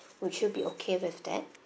would you be okay with that